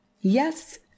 Yes